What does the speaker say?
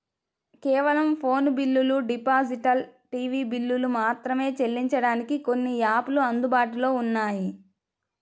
కేవలం ఫోను బిల్లులు, digital TV బిల్లులు మాత్రమే చెల్లించడానికి కొన్ని యాపులు అందుబాటులో ఉన్నాయి